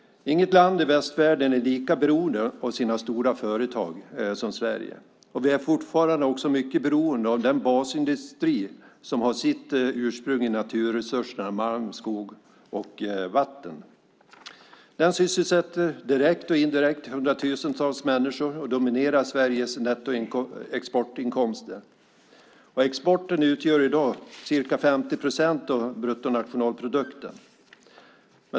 Inget land i västvärlden är lika beroende av sina stora företag som Sverige. Vi är fortfarande också mycket beroende av den basindustri som har sitt ursprung i naturresurserna malm, skog och vatten. Den sysselsätter direkt och indirekt hundratusentals människor och dominerar Sveriges nettoexportinkomster. Exporten utgör i dag ca 50 procent av bruttonationalprodukten.